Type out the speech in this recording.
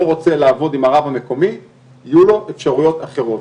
רוצה לעבוד עם הרב המקומי יהיו לו אפשרויות אחרות.